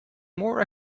more